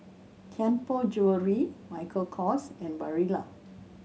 Tianpo Jewellery Michael Kors and Barilla